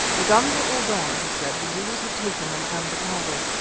the guns were all gone he said the zulus had taken them and the powder.